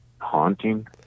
haunting